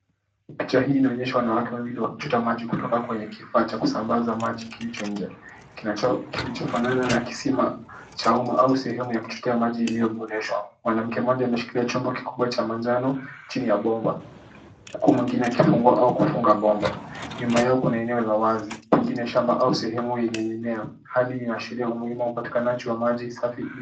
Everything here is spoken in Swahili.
Picha hii inaonyesha wanawake wawili wakichota maji kutoka kwenye kifaa cha kusambaza maji kilicho nje, kilichofanana na kisima cha umma au sehemu ya kuchotea maji iliyoboreshwa. Mwanamke mmoja ameshikilia chombo kikubwa cha manjano chini ya bomba, huku mwingine akifungua au kufunga bomba. Nyuma yao kuna eneo la wazi, pengine shamba au sehemu yenye mimea. Hali inaashiria umuhimu wa upatikanaji wa maji safi.